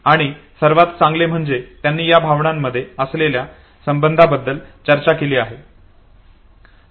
आणि सर्वात चांगले म्हणजे त्यांनी या भावनांमध्ये असलेल्या सबंधांबद्दल चर्चा केली आहे